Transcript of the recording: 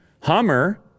Hummer